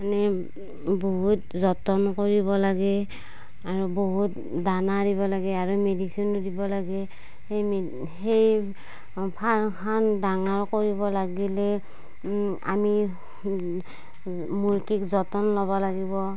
মানে বহুত যতন কৰিব লাগে আৰু বহুত দানা দিব লাগে আৰু মেডিচিনো দিব লাগে সেই সেই ফাৰ্মখন ডাঙৰ কৰিব লাগিলেই আমি মুৰ্গীক যতন ল'ব লাগিব